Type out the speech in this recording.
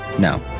no.